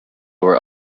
were